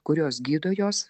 kurios gydo juos